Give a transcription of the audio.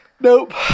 Nope